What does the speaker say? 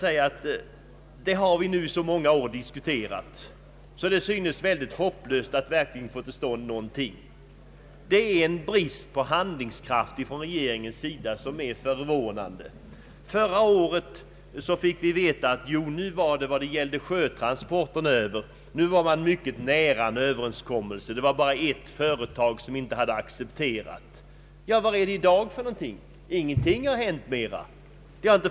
Gotlandsproblemen har diskuterats i så många år, att det verkligen kan synas hopplöst att få någon rätsida på dem. Det visar en brist på handlingskraft från regeringens sida som är förvånande. Förra året fick vi veta vad gällde sjötransporterna att man var mycket nära en överenskommelse — det var bara ett företag som inte hade accepterat. Hur är det i dag? Ingenting har hänt!